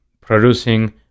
producing